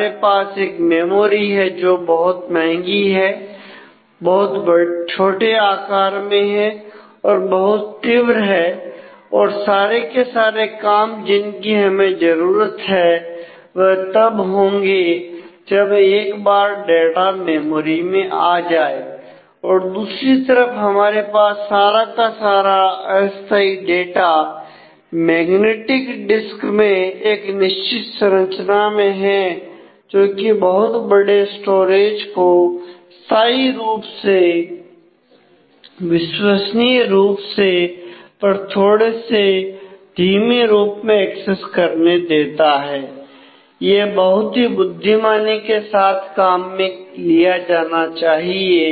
हमारे पास एक मेमोरी है जो कि महंगी है और बहुत छोटे आकार में है और बहुत तीव्र है और सारे के सारे काम जिन की हमें जरूरत है वह तब होंगे जब एक बार डाटा मेमोरी में आ जाए और दूसरी तरफ हमारे पास सारा का सारा अस्थाई डाटा मैग्नेटिक डिस्क में एक निश्चित संरचना में है जोकि बहुत बड़े स्टोरेज को स्थाई रूप से और विश्वसनीय रूप से पर थोड़े से धीमे रूप में एक्सेस करने देता है यह बहुत ही बुद्धिमानी के साथ काम में लिया जाना चाहिए